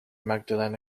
magdalene